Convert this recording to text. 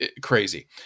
crazy